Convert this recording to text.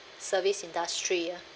service industry ah